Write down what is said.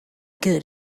good